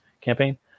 campaign